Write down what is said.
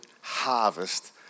harvest